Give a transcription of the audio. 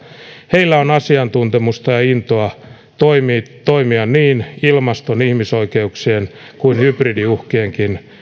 heillä on asiantuntemusta ja intoa toimia niin ilmaston ja ihmisoikeuksien puolesta kuin hybridiuhkien